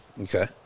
Okay